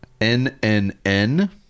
N-N-N